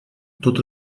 tot